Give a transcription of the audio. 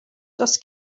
does